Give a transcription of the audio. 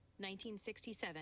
1967